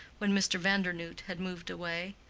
when mr. vandernoodt had moved away.